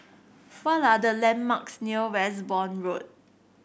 what are the landmarks near Westbourne Road